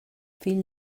fill